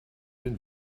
den